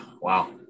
wow